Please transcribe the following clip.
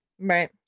Right